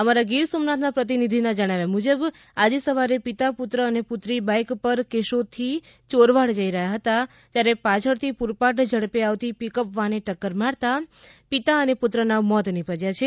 અમારા ગીર સોમનાથના પ્રતિનિધીના જણાવ્યા મુજબ આજે સવારે પિતા પુત્ર અને પુત્રી બાઇક પર કેશોદથી ચોરવાડ જઇ રહ્યા હતા ત્યારે પાછળથી પૂરપાટ ઝડપે આવતી પીકઅપ વાને ટકકર મારતા પિતા પુત્રના મોત નીપજયા છે